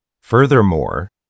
furthermore